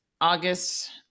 august